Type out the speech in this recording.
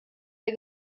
der